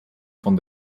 von